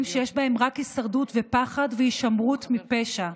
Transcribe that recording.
שיש בהם רק הישרדות ופחד והישמרות מפשע,